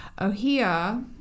Ohia